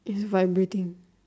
it's vibrating